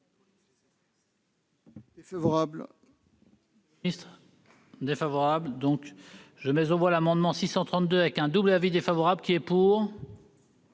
Défavorable.